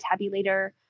tabulator